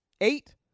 Eight